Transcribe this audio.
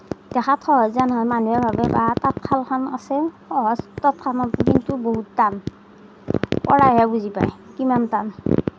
দেখাত সহজ যেন হয় মানুহে ভাবে বা তাঁত শালখন আছে সহজ তাঁতখনত কিন্তু বহুত টান কৰাইহে বুজি পায় কিমান টান